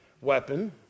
weapon